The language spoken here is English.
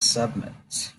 submit